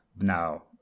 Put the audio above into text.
Now